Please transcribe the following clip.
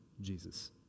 Jesus